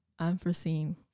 unforeseen